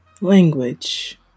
language